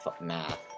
math